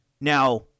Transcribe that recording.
Now